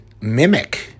Mimic